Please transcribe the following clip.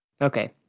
Okay